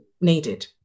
needed